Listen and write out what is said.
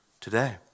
today